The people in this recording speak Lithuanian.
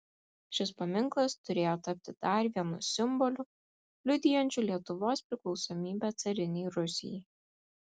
šis paminklas turėjo tapti dar vienu simboliu liudijančiu lietuvos priklausomybę carinei rusijai